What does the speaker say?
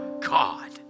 God